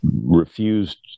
refused